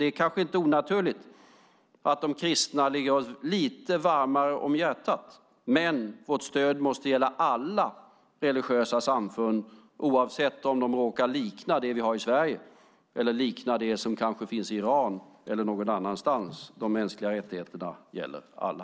Det kanske inte är onaturligt att de kristna ligger oss lite varmare om hjärtat, men vårt stöd måste gälla alla religiösa samfund oavsett om de råkar likna det vi har i Sverige eller likna det som kanske finns i Iran eller någon annanstans. De mänskliga rättigheterna gäller alla.